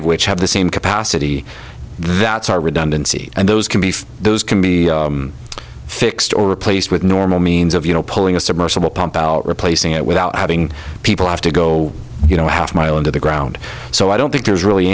of which have the same capacity that's our redundancy and those can be those can be fixed or replaced with normal means of you know pulling a submersible pump out replacing it without having people have to go you know half mile into the ground so i don't think there's really